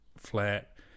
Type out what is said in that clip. flat